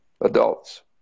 adults